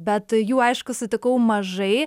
bet jų aišku sutikau mažai